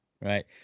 Right